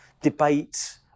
debate